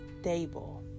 stable